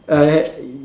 uh y~